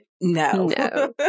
no